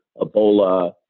Ebola